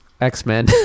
X-Men